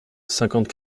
cinquante